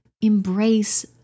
embrace